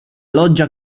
loggia